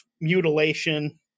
mutilation